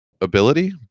ability